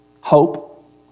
Hope